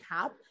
cap